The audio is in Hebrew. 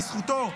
בזכותו,